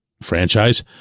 franchise